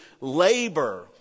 labor